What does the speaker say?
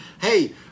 Hey